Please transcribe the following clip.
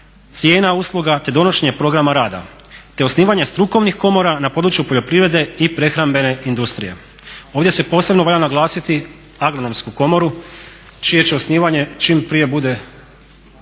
cijena usluga te donošenje programa rada, te osnivanje strukovnih komora na području poljoprivrede i prehrambene industrije. Ovdje se posebno valjda naglasiti Agronomsku komoru čije će osnivanje čim prije bude